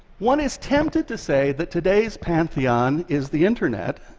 one is tempted to say that today's pantheon is the internet,